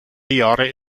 jahre